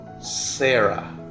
Sarah